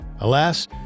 Alas